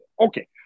Okay